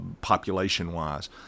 population-wise